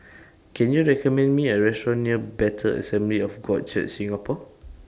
Can YOU recommend Me A Restaurant near Bethel Assembly of God Church Singapore